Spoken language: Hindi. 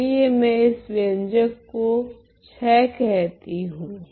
चलिए मैं इस व्यंजक को IV कहती हूँ